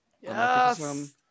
Yes